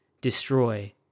destroy